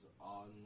on